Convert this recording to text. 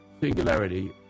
singularity